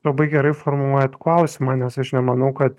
labai gerai formuluojat klausimą nes aš nemanau kad